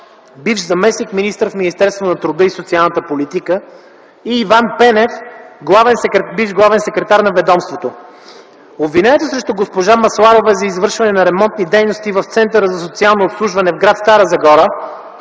бивш заместник-министър на труда и социалната политика, и Иван Пенев - бивш главен секретар на ведомството. Обвинението срещу госпожа Масларова е за извършване на ремонтни дейности в Центъра за социално обслужване в гр. Стара Загора,